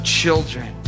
children